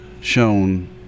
shown